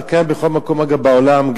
זה קיים בכל מקום, אגב, בעולם.